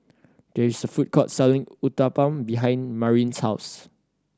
there is a food court selling Uthapam behind Marin's house